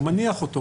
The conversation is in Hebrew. האדם מניח אותו,